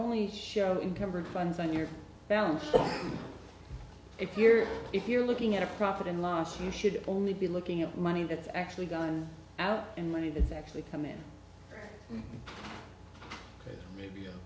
only show incumbent funds on your balance sheet if you're if you're looking at a profit and loss you should only be looking at money that's actually done out in money that's actually come in maybe